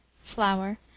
flour